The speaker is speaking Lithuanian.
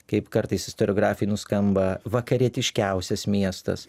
kaip kartais istoriografiniu skamba vakarietiškiausias miestas